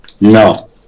No